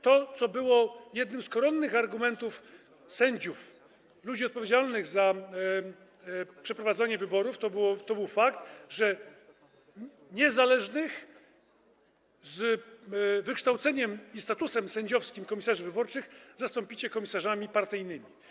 To, co było jednym z koronnych argumentów sędziów, ludzi odpowiedzialnych za przeprowadzanie wyborów, to był fakt, że niezależnych, z wykształceniem i statusem sędziowskim komisarzy wyborczych zastąpicie komisarzami partyjnymi.